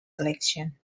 selection